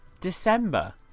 December